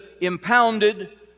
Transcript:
impounded